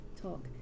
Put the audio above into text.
talk